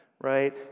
right